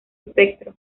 espectro